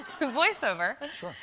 voiceover